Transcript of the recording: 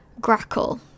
grackle